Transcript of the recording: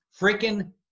freaking